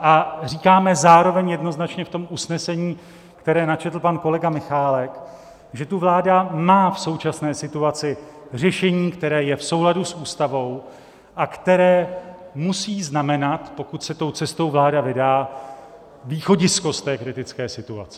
A říkáme zároveň jednoznačně v usnesení, které načetl pan kolega Michálek, že vláda má v současné situaci řešení, které je v souladu s Ústavou a které musí znamenat, pokud se tou cestou vláda vydá, východisko z kritické situace.